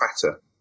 fatter